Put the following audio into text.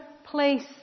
place